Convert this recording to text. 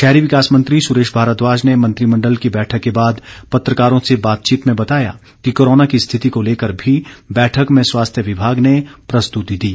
शहरी विकास मंत्री सुरेश भारद्वाज ने मंत्रिमण्डल की बैठक के बाद पत्रकारों से बातचीत में बताया कि कोरोना की स्थिति को लेकर भी बैठक में स्वास्थ्य विभाग ने प्रस्तुति दी